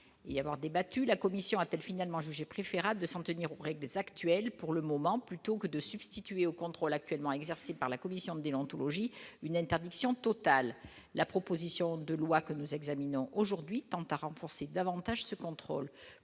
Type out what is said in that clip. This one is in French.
y avoir débattu la Commission appelle finalement jugé préférable de son tenir auprès des actuels pour le moment, plutôt que de substituer au contrôle actuellement exercées par la commission de l'anthologie une interdiction totale, la proposition de loi que nous examinons aujourd'hui, tempère renforcer davantage ce contrôle